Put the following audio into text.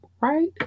Right